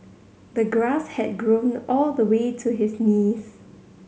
the grass had grown all the way to his knees